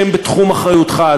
שהם בתחום אחריותך,